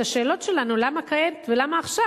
את השאלות שלנו למה כעת ולמה עכשיו,